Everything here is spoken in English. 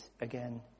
again